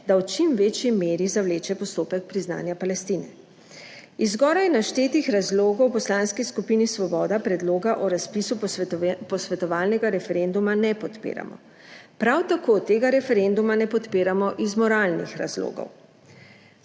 da v čim večji meri zavleče postopek priznanja Palestine. Iz zgoraj naštetih razlogov v Poslanski skupini Svoboda predloga o razpisu posvetovalnega referenduma ne podpiramo. Prav tako tega referenduma ne podpiramo iz moralnih razlogov.